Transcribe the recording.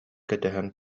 кэтэһэн